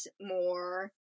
more